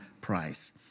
Price